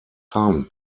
son